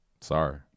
sorry